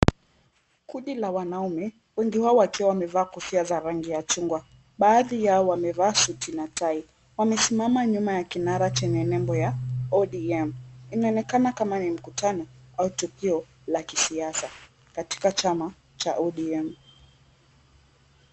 Kundi la wanaume wengi wao wakiwa wamevaa kofia za rangi ya chungwa. Baadhi yao wamevaa suti na tai. Wamesimama nyuma ya kinara chenye nembo ya ODM. Inaonekana kama ni mkutano au tukio la kisiasa katika chama cha ODM.